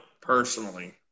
personally